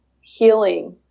healing –